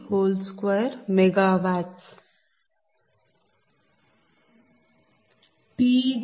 001Pg2 702MW